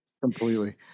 Completely